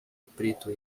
preto